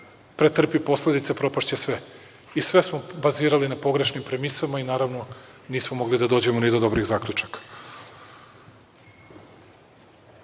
pretrpi posledice, propašće sve. I sve smo bazirali na pogrešnim premisama i, naravno, nismo mogli da dođemo ni do dobrih zaključaka. Ono